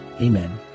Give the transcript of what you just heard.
Amen